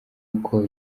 uko